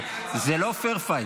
זה לא fair fight.